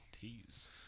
Tease